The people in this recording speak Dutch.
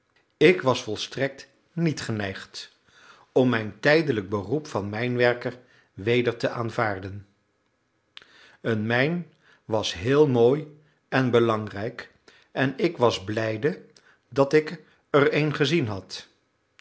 ik was volstrekt niet geneigd om mijn tijdelijk beroep van mijnwerker weder te aanvaarden een mijn was heel mooi en belangrijk en ik was blijde dat ik er een gezien had